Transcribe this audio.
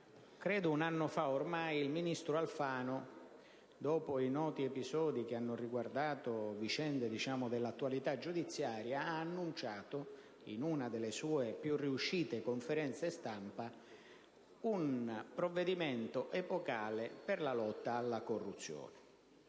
Credo un anno fa, il ministro Alfano, dopo i noti episodi che hanno riguardato vicende dell'attualità giudiziaria, ha annunciato in una delle sue più riuscite conferenze stampa un provvedimento epocale per la lotta alla corruzione.